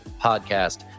Podcast